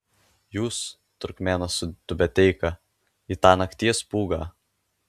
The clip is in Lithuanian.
jūs turkmėnas su tiubeteika į tą nakties pūgą